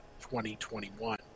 2021